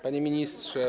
Panie Ministrze!